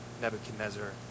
Nebuchadnezzar